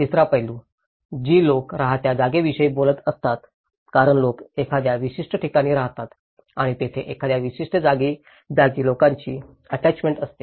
तिसरा पैलू जी लोक राहत्या जागेविषयी बोलत असतात कारण लोक एखाद्या विशिष्ट ठिकाणी राहतात आणि तिथेच एखाद्या विशिष्ट जागी लोकांची आट्याचमेंट असते